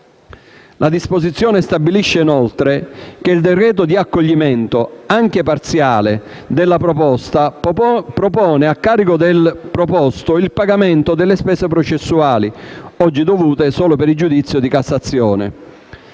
La disposizione stabilisce inoltre che il decreto di accoglimento, anche parziale, della proposta pone a carico del proposto il pagamento delle spese processuali, oggi dovute solo per il giudizio di Cassazione.